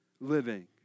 living